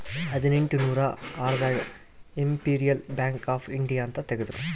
ಹದಿನೆಂಟನೂರ ಆರ್ ದಾಗ ಇಂಪೆರಿಯಲ್ ಬ್ಯಾಂಕ್ ಆಫ್ ಇಂಡಿಯಾ ಅಂತ ತೇಗದ್ರೂ